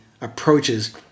approaches